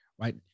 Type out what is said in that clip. right